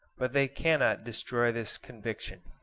but they cannot destroy this conviction.